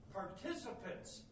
participants